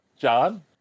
John